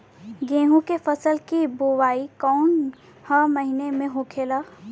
गेहूँ के फसल की बुवाई कौन हैं महीना में होखेला?